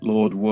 Lord